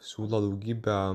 siūlo daugybę